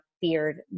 feared